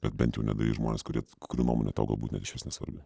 bet bent jau nedarys žmonės kurie kurių nuomonė tau galbūt net išvis nesvarbi